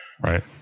Right